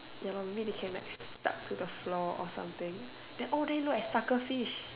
ya err maybe they can like stuck to the floor or something then oh they all look at sucker fish